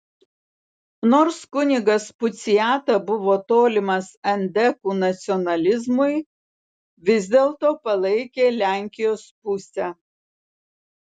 nors kunigas puciata buvo tolimas endekų nacionalizmui vis dėlto palaikė lenkijos pusę